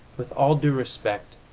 with all due respect,